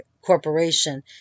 Corporation